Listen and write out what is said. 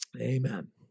Amen